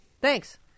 Thanks